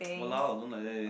!walao! don't like that eh